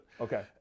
Okay